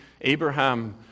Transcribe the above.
Abraham